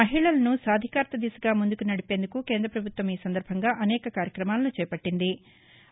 మహిళలను సాధికారిత దిశగా ముందుకు నడిపేందుకు కేంద్రపభుత్వం ఈ సందర్భంగా అనేక కార్యక్రమాలను చేపట్లింది